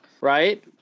right